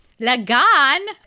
Lagan